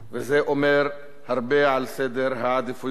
וזה אומר הרבה על סדר העדיפויות